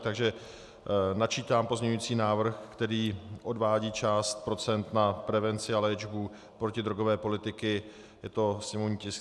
Takže načítám pozměňující návrh, který odvádí část procent na prevenci a léčbu protidrogové politiky, je to sněmovní tisk 3801.